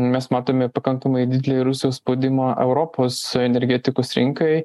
mes matome pakankamai didelį rusijos spaudimą europos energetikos rinkai